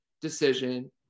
decision